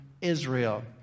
Israel